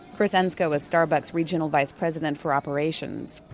kris engskov is starbucks regional vice president for operations.